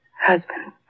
Husband